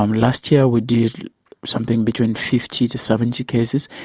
um last year we did something between fifty to seventy cases.